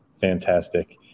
Fantastic